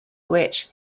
which